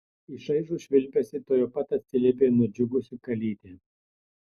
į šaižų švilpesį tuojau pat atsiliepė nudžiugusi kalytė